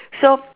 so